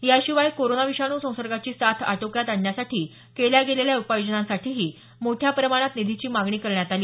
याशिवाय कोरोना विषाणू संसर्गाची साथ आटोक्यात आणण्यासाठी केल्या गेलेल्या उपाययोजनांसाठीही मोठ्या प्रमाणात निधीची मागणी करण्यात आली